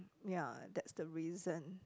ya that's the reason